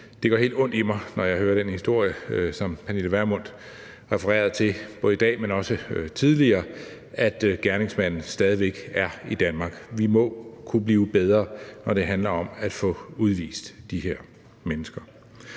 det gør helt ondt i mig, når jeg hører den historie, som fru Pernille Vermund refererede til i dag, men også tidligere, nemlig at gerningsmanden stadig væk er i Danmark. Vi må kunne blive bedre, når det handler om at få udvist de her mennesker.